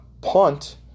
punt